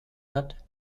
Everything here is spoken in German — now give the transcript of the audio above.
hat